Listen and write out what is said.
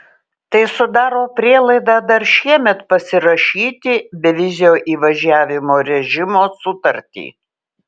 tai sudaro prielaidą dar šiemet pasirašyti bevizio įvažiavimo režimo sutartį